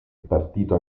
partito